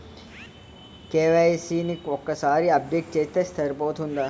KYC ని ఒక్కసారి update చేస్తే సరిపోతుందా?